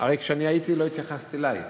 הרי כשאני הייתי לא התייחסתְ אלי,